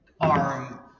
arm